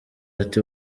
ati